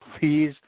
please